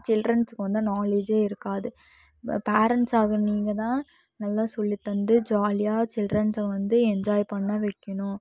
சில்ட்ரன்ஸுக்கு வந்து நாலேட்ஜே இருக்காது பேரண்ட்ஸ் ஆக நீங்கள்தான் நல்லா சொல்லி தந்து ஜாலியாக சில்ட்ரன்ஸை வந்து என்ஜாய் பண்ண வைக்கணும்